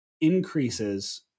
increases